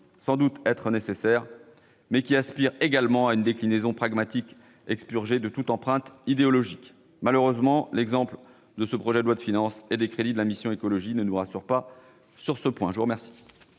sans doute nécessaires, mais il aspire également à une déclinaison pragmatique expurgée de toute empreinte idéologique. Malheureusement, l'exemple de ce projet de loi de finances et des crédits de la mission « Écologie, développement et mobilité durables